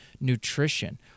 nutrition